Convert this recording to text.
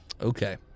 Okay